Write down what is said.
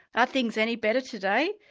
are things any better today?